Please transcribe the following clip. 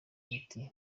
riti